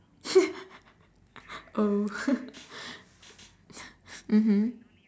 oh (mmhmmm)